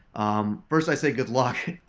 um first i say, good luck.